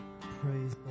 praise